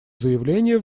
заявление